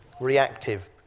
reactive